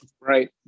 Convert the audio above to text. Right